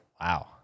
wow